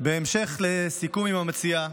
בהמשך לסיכום עם המציעה,